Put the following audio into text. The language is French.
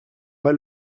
pas